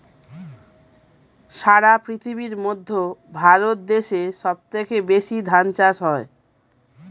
সারা পৃথিবীর মধ্যে ভারত দেশে সব থেকে বেশি ধান চাষ হয়